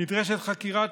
נדרשת חקירה.